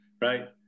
right